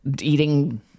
eating